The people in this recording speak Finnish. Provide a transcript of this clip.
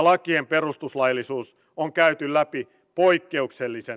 neljäs asia on työ